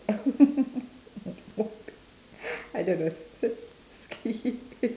I don't know sky